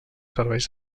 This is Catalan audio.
serveis